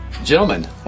Gentlemen